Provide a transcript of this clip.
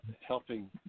helping